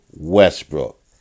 Westbrook